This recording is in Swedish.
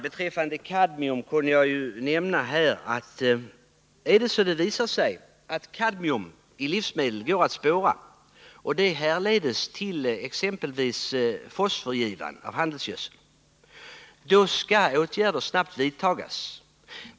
Visar det sig att kadmium i livsmedel går att spåra och det härleds till exempelvis fosfor i handelsgödsel, skall åtgärder snabbt vidtas.